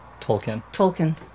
Tolkien